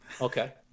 Okay